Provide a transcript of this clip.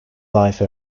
life